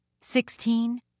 sixteen